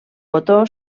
botó